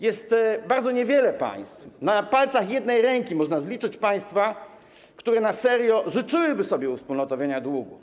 Jest bardzo niewiele państw, na palcach jednej ręki można zliczyć państwa, które na serio życzyłyby sobie uwspólnotowienia długu.